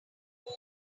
port